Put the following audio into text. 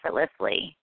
effortlessly